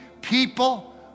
people